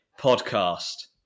Podcast